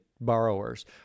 borrowers